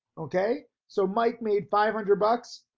okay, so mike made five hundred bucks,